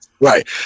Right